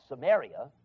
Samaria